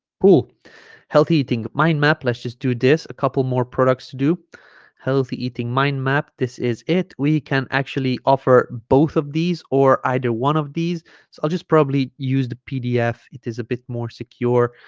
cool healthy eating mind map let's just do this a couple more products to do healthy eating mind map this is it we can actually offer both of these or either one of these so i'll just probably use the pdf it is a bit more secure